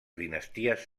dinasties